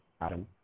Adam